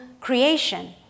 creation